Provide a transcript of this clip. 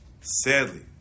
Sadly